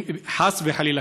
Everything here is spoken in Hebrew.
חס וחלילה,